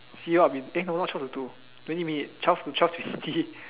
see what we eh not twelve to two twenty minute twelve to twelve twenty